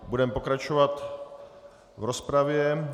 Budeme pokračovat v rozpravě.